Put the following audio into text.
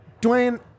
Dwayne